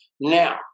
Now